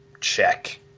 check